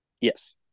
Yes